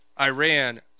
Iran